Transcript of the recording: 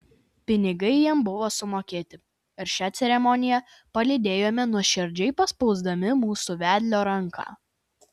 pinigai jam buvo sumokėti ir šią ceremoniją palydėjome nuoširdžiai paspausdami mūsų vedlio ranką